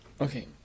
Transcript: Okay